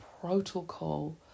protocol